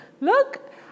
look